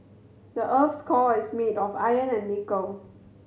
the earth's core is made of iron and nickel